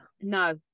No